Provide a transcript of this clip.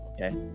Okay